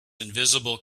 invisible